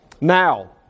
Now